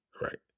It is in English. right